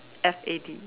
F_A_D